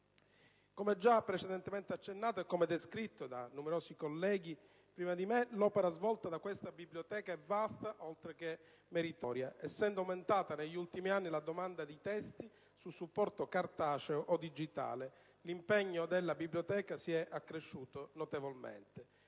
Come già accennato e come descritto da numerosi colleghi prima di me, l'opera svolta da questa biblioteca è vasta oltre che meritoria. Essendo aumentata negli ultimi anni la domanda di testi su supporto cartaceo o digitale, l'impegno della biblioteca si è accresciuto notevolmente.